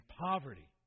poverty